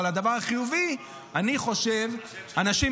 אבל הדבר החיובי הוא שאני חושב שאנשים